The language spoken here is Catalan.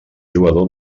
jugador